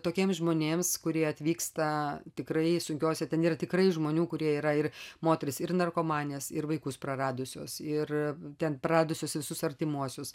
tokiems žmonėms kurie atvyksta tikrai sunkiose ten yra tikrai žmonių kurie yra ir moterys ir narkomanės ir vaikus praradusios ir ten praradusius visus artimuosius